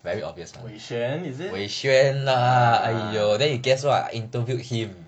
伟轩 is it